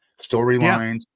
storylines